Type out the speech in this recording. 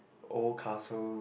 old castles